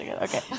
okay